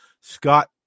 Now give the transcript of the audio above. Scott